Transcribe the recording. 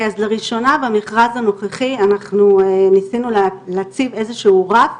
במכרז הנוכחי ניסינו להציב איזה שהוא רף,